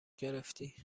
گرفتی